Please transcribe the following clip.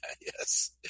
yes